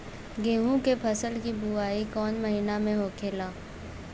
गेहूँ के फसल की बुवाई कौन हैं महीना में होखेला?